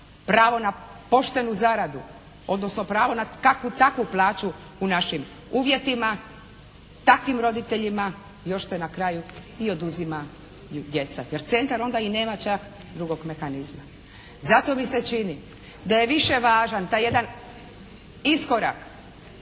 pravo na poštenu zaradu, odnosno pravo na kakvu, takvu plaću u našim uvjetima, takvim roditeljima još se na kraju i oduzimaju djeca jer Centar onda i nema …/Govornica se ne razumije./… drugog mehanizma. Zato mi se čini da je više važan taj jedan iskorak